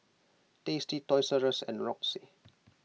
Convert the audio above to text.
Tasty Toys R Us and Roxy